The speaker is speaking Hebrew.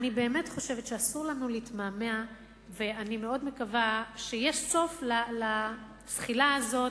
באמת חושבת שאסור לנו להתמהמה ואני מאוד מקווה שיש סוף לזחילה הזאת,